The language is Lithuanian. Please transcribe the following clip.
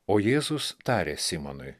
o jėzus tarė simonui